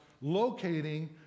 locating